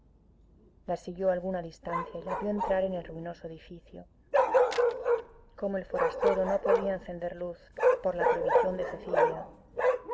a alguna distancia y la vio entrar en el ruinoso edificio como el forastero no podía encender luz por la prohibición de cecilia